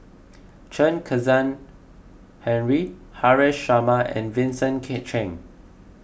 Chen Kezhan Henri Haresh Sharma and Vincent K Cheng